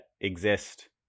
exist